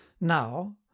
now